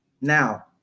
Now